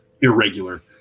Irregular